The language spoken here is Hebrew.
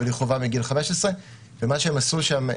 ומה שהם עשו שם,